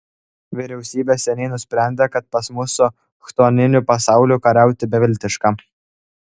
vyriausybė seniai nusprendė kad pas mus su chtoniniu pasauliu kariauti beviltiška